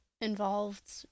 involved